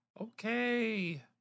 okay